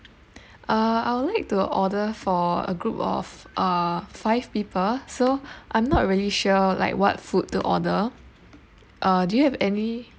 uh I'll like to order for a group of uh five people so I'm not really sure like what food to order uh do you have any